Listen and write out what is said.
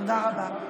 תודה רבה.